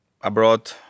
abroad